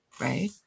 Right